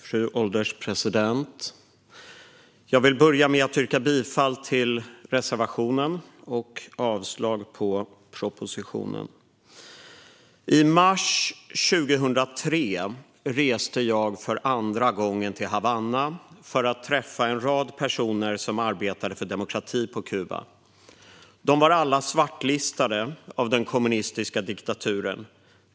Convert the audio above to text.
Fru ålderspresident! Jag vill börja med att yrka bifall till reservationen och avslag på propositionen. I mars 2003 reste jag för andra gången till Havanna för att träffa en rad personer som arbetade för demokrati på Kuba. De var alla svartlistade av den kommunistiska diktaturen.